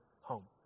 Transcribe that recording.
home